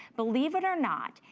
believe it or not,